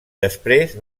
després